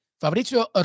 Fabrizio